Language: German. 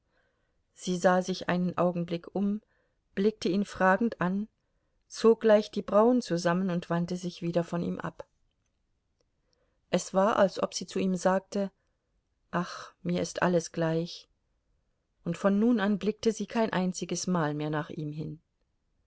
sie sah sich einen augenblick um blickte ihn fragend an zog leicht die brauen zusammen und wandte sich wieder von ihm ab es war als ob sie zu ihm sagte ach mir ist alles gleich und von nun an blickte sie kein einziges mal mehr nach ihm hin